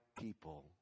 people